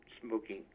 smoking